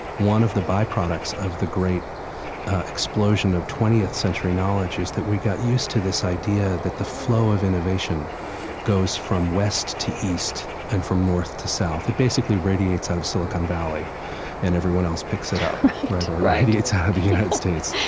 one of the byproducts of the great explosion of twentieth century knowledge is that we got used to this idea that the flow of innovation goes from west to east, and from north to south. it basically radiates out of silicon valley and everyone else picks it up. right? it radiates out of the united states.